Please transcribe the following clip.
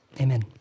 Amen